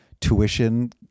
tuition